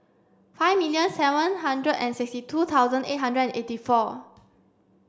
five million seven hundred and sixty two thousand eight hundred and eighty four